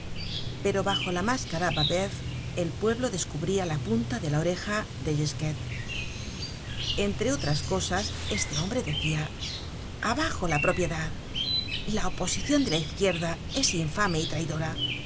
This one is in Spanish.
pero bajo la máscara babeuf el pueblo descubria la punta de la oreja de gisquet entre otras cosas este hombre decia abajo la propiedad la i oposicion de la izquierda es infame y traidora